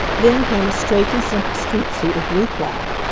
then came a straight and simple street suit of blue cloth,